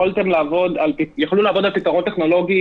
יכלו לעבוד על פתרון טכנולוגי.